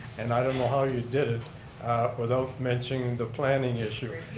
and i don't know how you did it without mentioning the planning issue.